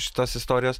šitos istorijos